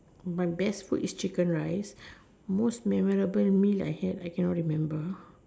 my best food is chicken rice most memorable meal I had I can not remember